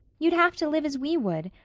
you'd have to live as we would.